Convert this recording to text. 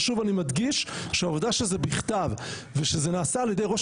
ושוב אני מדגיש שהעובדה שזה בכתב ושזה נעשה על ידי ראש